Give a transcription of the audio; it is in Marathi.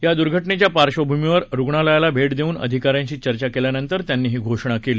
या दुर्घटनेच्या पार्श्वभूमीवर रुग्णालयाला भेट देऊन अधिकाऱ्यांशी चर्चा केल्यानंतर त्यांनी ही घोषणा केली